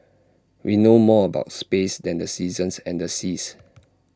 we know more about space than the seasons and the seas